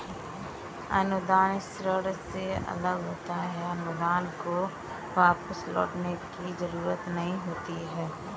अनुदान ऋण से अलग होता है अनुदान को वापस लौटने की जरुरत नहीं होती है